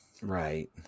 Right